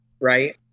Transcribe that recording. right